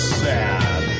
sad